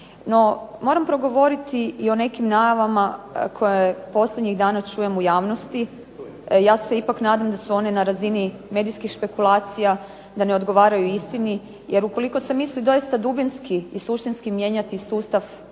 moram progovoriti o nekim najavama koje posljednjih dana čujem u javnosti, ja se ipak nadam da su one na razini medijskih špekulacija da ne odgovaraju istini, jer ukoliko se misli doista dubinski i suštinski mijenjati sustav potpora